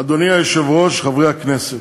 אדוני היושב-ראש, חברי הכנסת,